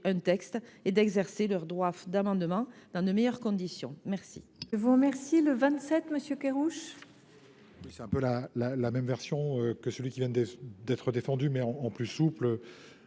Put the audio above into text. les textes et d’exercer leur droit d’amendement dans de meilleures conditions.